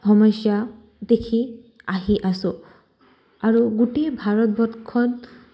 সমস্যা দেখি আহি আছোঁ আৰু গোটেই ভাৰতবৰ্ষত